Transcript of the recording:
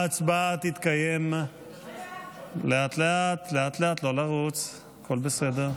ההצבעה תתקיים, לאט-לאט, לא לרוץ, הכול בסדר.